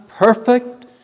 perfect